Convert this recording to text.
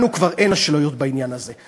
לנו כבר אין אשליות בנושא הזה.